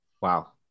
Wow